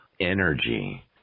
energy